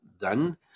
done